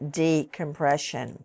decompression